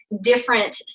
different